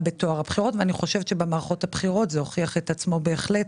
בטוהר הבחירות ואני חושבת שבמערכות הבחירות זה הוכיח את עצמו בהחלט